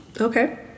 okay